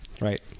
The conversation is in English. right